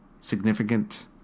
significant